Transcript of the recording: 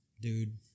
dude